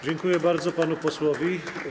Dziękuję bardzo panu posłowi.